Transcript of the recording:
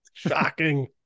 shocking